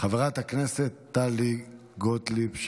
חברת הכנסת טלי גוטליב.